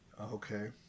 Okay